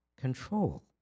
control